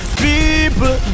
people